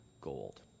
gold